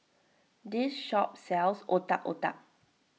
this shop sells Otak Otak